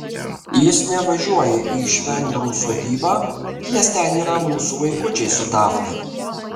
jis nevažiuoja į švendrų sodybą nes ten yra mūsų vaikučiai su dafne